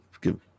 give